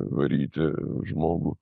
varyti žmogų